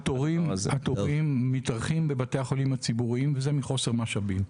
התורים מתארכים בבתי החולים הציבוריים וזה מחוסר משאבים,